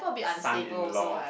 son in law